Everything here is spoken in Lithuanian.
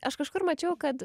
aš kažkur mačiau kad